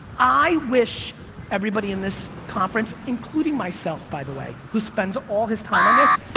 i wish everybody in this conference, including myself by the way, who spends all this time on this,